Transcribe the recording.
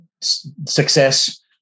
success